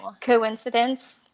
Coincidence